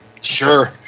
Sure